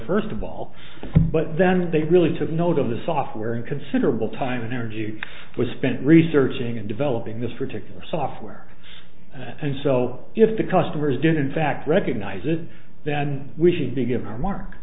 first of all but then they really took note of the software and considerable time and energy was spent researching and developing this particular software and so if the customers did in fact recognize it then we should begin our mark